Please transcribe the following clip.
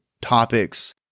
topics